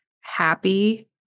happy